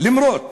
למרות